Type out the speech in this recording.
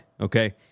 okay